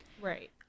right